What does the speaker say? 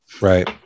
Right